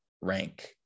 rank